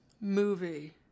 movie